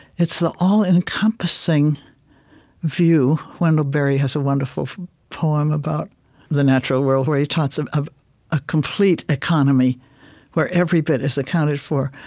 it's the all-encompassing view. wendell berry has a wonderful poem about the natural world where he talks of of a complete economy where every bit is accounted for.